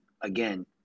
Again